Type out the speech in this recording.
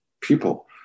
people